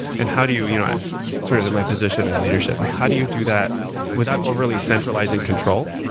and how do you sort of in my position in leadership, how do you do that without overly centralizing control,